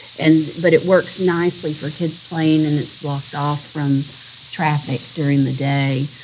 and but it works nicely for kids playing, and it's blocked off from traffic during the day.